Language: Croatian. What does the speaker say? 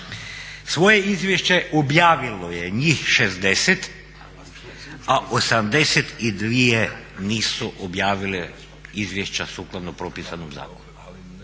Svoje izvješće objavilo je njih 60, a 82 nisu objavile izvješća sukladno propisanom zakonu.